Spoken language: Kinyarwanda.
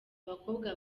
abakobwa